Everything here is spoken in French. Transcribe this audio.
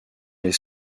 les